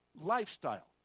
lifestyle